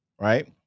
right